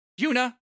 Yuna